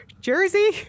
Jersey